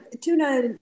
tuna